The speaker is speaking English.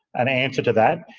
an answer to that.